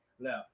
left